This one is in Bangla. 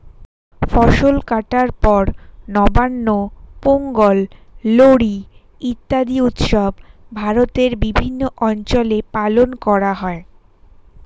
ফসল কাটার পর নবান্ন, পোঙ্গল, লোরী ইত্যাদি উৎসব ভারতের বিভিন্ন অঞ্চলে পালন করা হয়